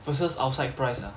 versus out price ah